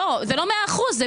מאה אחוז.